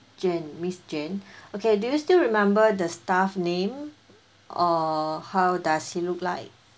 jane miss jane okay do you still remember the staff name or how does he look like